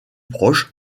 proches